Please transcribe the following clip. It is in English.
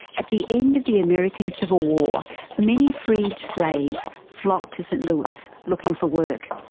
at the end of the american civil war many freed slaves flocked to st louis looking for work.